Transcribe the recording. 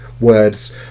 words